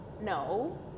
no